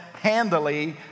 handily